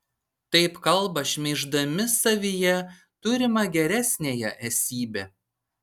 taip kalba šmeiždami savyje turimą geresniąją esybę